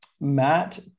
Matt